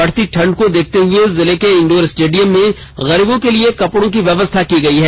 बढ़ती ठण्ड को देखते हुए जिले के इंडोर स्टेडियम में गरीबों के लिए कपड़ों की व्यवस्था की गयी है